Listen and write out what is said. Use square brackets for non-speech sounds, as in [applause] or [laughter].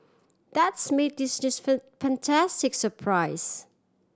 that's made this [unintelligible] fantastic surprise